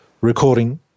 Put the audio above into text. recording